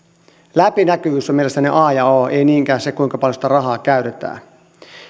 läpinäkyvyys on mielestäni a ja o ei niinkään se kuinka paljon sitä rahaa käytetään